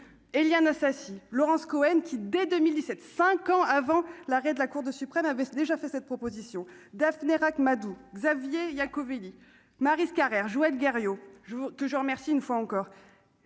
Éliane Assassi Laurence Cohen qui, dès 2007 5 ans avant l'arrêt de la Cour de suprême avait déjà fait cette proposition daphné Ract-Madoux Xavier Iacovelli Maryse Carrère Joël Guerriau je que je remercie une fois encore,